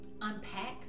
unpack